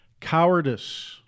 Cowardice